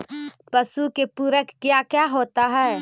पशु के पुरक क्या क्या होता हो?